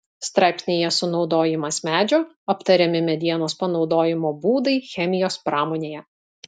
straipsnyje sunaudojimas medžio aptariami medienos panaudojimo būdai chemijos pramonėje